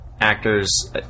actors